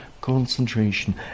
concentration